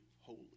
holy